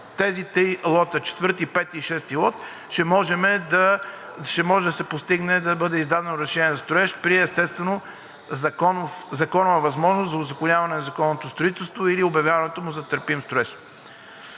три лота – 4, 5 и 6, ще може да се постигне да бъде издадено разрешение за строеж при, естествено, законова възможност за узаконяване на незаконното строителство или обявяването му за търпим строеж.